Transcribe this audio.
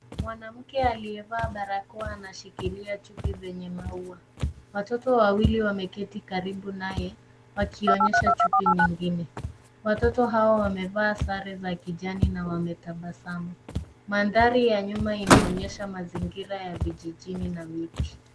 Mwanamke aliyevaa barakoa anashikilia chupi zenye maua. Watoto wawili wameketi karibu naye wakionyesha chupi nyingine. Watoto hawa wamevaa sare za kijani na wametabasamu. Mandhari ya nyuma inaonyesha mazingira ya vijijini na miti.